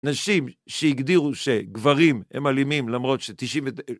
נשים שהגדירו שגברים הם אלימים, למרות שתשעים ו...